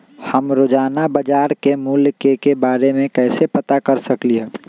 हम रोजाना बाजार के मूल्य के के बारे में कैसे पता कर सकली ह?